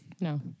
No